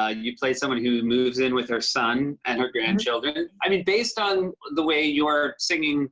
ah you play someone who moves in with her son and her grandchildren. i mean, based on the way you're singing